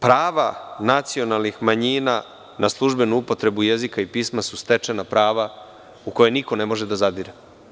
Prava nacionalnih manjina na službenu upotrebnu jezika i pisma su stečena prava u koje niko ne može da zadire.